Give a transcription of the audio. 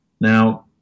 Now